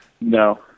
No